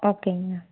ஓகேங்க